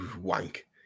wank